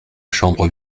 chambre